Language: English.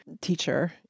teacher